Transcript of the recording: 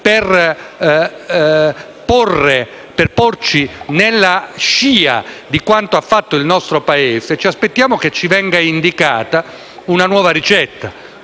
per porci nella scia di quanto ha fatto il nostro Paese è che ci venga indicata una nuova ricetta.